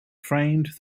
framed